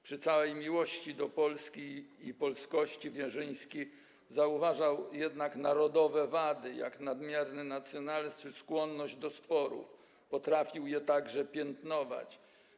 Przy całej miłości do Polski i polskości Wierzyński zauważał jednak narodowe wady, jak nadmierny nacjonalizm czy skłonność do sporów, które potrafił piętnować.